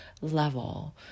level